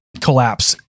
collapse